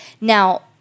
Now